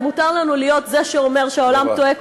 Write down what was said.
מותר לנו להיות זה שאומר שהעולם טועה,